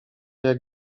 jak